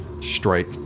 strike